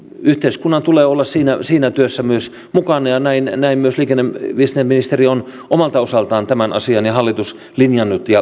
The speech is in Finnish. yhteiskunnan tulee olla siinä työssä mukana ja näin myös liikenne ja viestintäministeri ja hallitus on omalta osaltaan tämän asian linjannut ja luvannut